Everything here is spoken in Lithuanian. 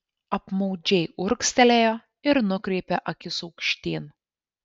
apmaudžiai urgztelėjo ir nukreipė akis aukštyn